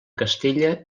castella